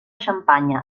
xampanya